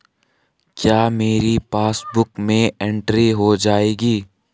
क्या मेरी पासबुक में एंट्री हो जाएगी?